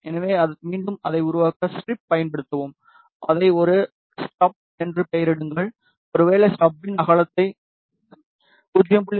எனவே மீண்டும் அதை உருவாக்க ஸ்ட்ரிப் பயன்படுத்தவும்அதை ஒரு ஸ்டப் என்று பெயரிடுங்கள் ஒருவேளை ஸ்டப்பின் அகலத்தை 0